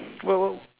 well well